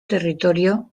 territorio